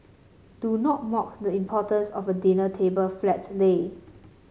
do not mock the importance of a dinner table flat lay